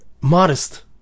modest